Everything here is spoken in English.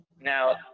Now